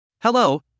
Hello